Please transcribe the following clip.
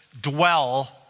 dwell